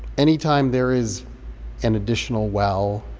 any time there is an additional well,